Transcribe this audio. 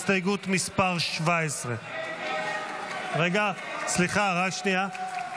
הסתייגות מס' 17. רגע, סליחה, רק שנייה.